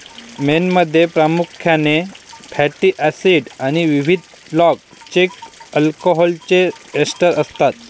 मेणमध्ये प्रामुख्याने fatty acids आणि विविध लाँग चेन अल्कोहोलचे एस्टर असतात